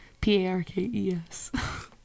p-a-r-k-e-s